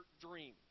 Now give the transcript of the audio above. dream